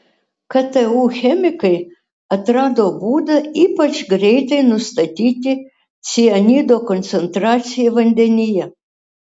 ktu chemikai atrado būdą ypač greitai nustatyti cianido koncentraciją vandenyje